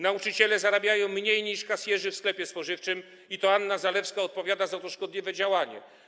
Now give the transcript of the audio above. Nauczyciele zarabiają mniej niż kasjerzy w sklepie spożywczym i to Anna Zalewska odpowiada za to szkodliwe działanie.